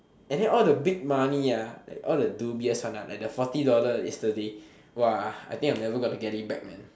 and then all the big money like all the dubious one like the forty dollars yesterday !wah! I think I'm never gonna get it back man